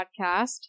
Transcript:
podcast